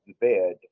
bed